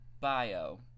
bio